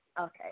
Okay